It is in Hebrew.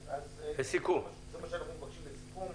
אז זה מה שאנחנו מבקשים, לסיכום: